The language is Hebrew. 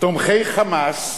תומכי "חמאס",